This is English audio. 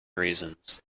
reasons